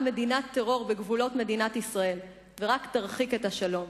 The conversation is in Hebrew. מדינת טרור בגבולות מדינת ישראל ורק תרחיק את השלום.